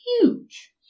Huge